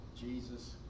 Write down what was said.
Jesus